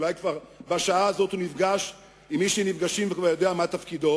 אולי כבר בשעה הזאת הוא נפגש עם מי שנפגשים וכבר יודע מה תפקידו,